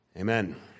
Amen